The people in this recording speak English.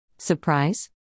Surprise